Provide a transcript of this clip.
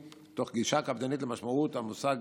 תוך גישה קפדנית למשמעות המושג